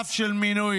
למחטף של מינויים.